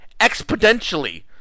exponentially